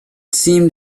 seemed